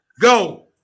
go